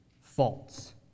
false